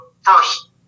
first